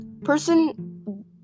person